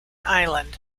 island